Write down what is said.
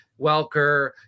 Welker